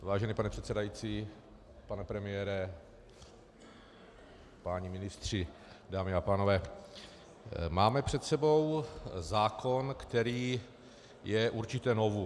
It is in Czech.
Vážený pane předsedající, pane premiére, páni ministři, dámy a pánové, máme před sebou zákon, který je určité novum.